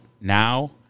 now